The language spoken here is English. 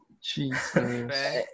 Jesus